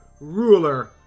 ruler